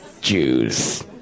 Jews